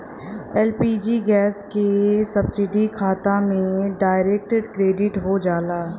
LPG gas क subsidy खाता में डायरेक्ट क्रेडिट हो जाला